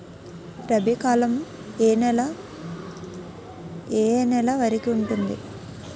రబీ కాలం ఏ ఏ నెల వరికి ఉంటుంది?